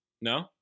No